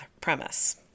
premise